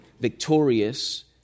victorious